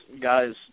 guys